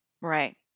Right